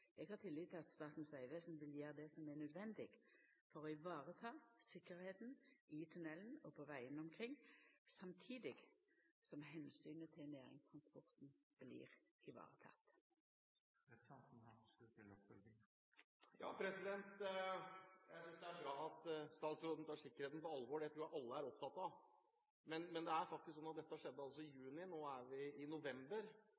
har tillit til at Statens vegvesen vil gjera det som er nødvendig for å vareta tryggleiken i tunnelen og på vegane omkring, samtidig som omsynet til næringstransporten blir vareteke. Jeg synes det er bra at statsråden tar sikkerheten på alvor. Det tror jeg alle er opptatt av. Men dette skjedde altså i juni. Nå er vi i november, og nå sier statsråden at